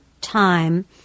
time